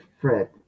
Fred